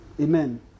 Amen